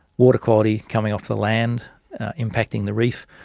water quality coming off the land impacting the reef,